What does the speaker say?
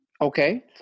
Okay